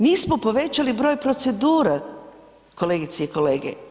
Mi smo povećali broj procedura, kolegice i kolege.